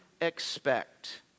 expect